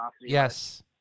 Yes